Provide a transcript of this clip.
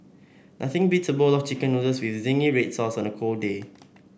nothing beats a bowl of chicken noodles with zingy red sauce on a cold day